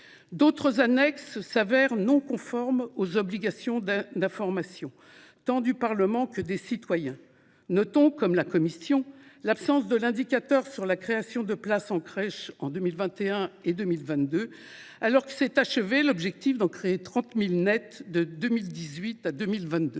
D’autres annexes se révèlent non conformes aux obligations d’information, tant du Parlement que des citoyens : notons, comme la commission, l’absence de l’indicateur sur la création de places en crèches en 2021 et en 2022 alors que l’objectif était d’en créer 30 000 nettes de 2018 à 2022.